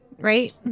right